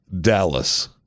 dallas